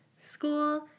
school